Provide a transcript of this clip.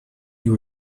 you